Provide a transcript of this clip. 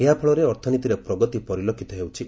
ଏହା ଫଳରେ ଅର୍ଥନୀତିରେ ପ୍ରଗତି ପରିଲକ୍ଷିତ ହେଉଛି